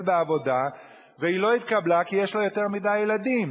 לעבודה והיא לא התקבלה כי יש לה יותר מדי ילדים.